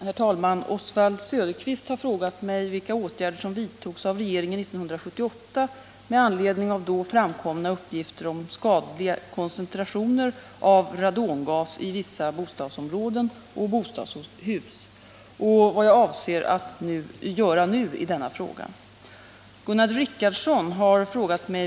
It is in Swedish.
Herr talman! Oswald Söderqvist har frågat mig vilka åtgärder som vidtogs av regeringen 1978 med anledning av då framkomna uppgifter om skadliga koncentrationer av radongas i vissa bostadsområden och bostadshus, och vad jag avser att göra nu i denna fråga.